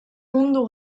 mundu